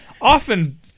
often